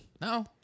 No